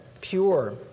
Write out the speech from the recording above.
pure